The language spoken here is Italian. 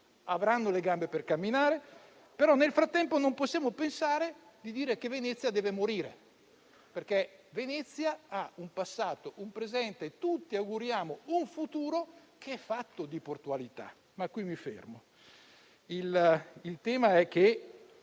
avranno le gambe per camminare. Però, nel frattempo, non possiamo pensare di dire che Venezia deve morire, perché Venezia ha un passato, un presente e, tutti ci auguriamo, un futuro che è fatto di portualità. Qui, però, mi fermo. Lo dico perché